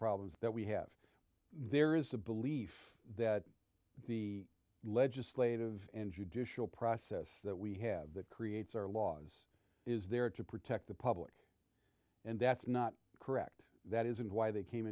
problems that we have there is a belief that the legislative and judicial process that we have that creates our laws is there to protect the public and that's not correct that isn't why they came